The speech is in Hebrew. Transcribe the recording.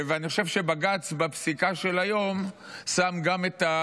אני חושב שבפסיקה של היום, בג"ץ שם גם את,